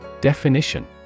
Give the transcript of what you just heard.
Definition